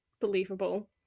believable